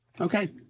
Okay